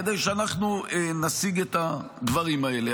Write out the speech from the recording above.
כדי שאנחנו נשיג את הדברים האלה.